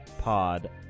Pod